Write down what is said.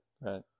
Right